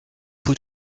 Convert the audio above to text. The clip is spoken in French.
peut